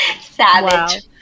Savage